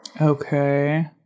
Okay